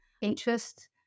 interest